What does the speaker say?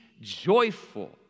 joyful